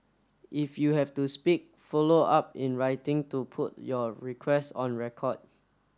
if you have to speak follow up in writing to put your requests on record